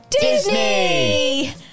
Disney